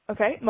Okay